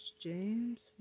James